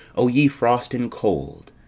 o ye frost and cold,